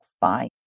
fine